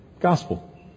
Gospel